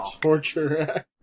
torture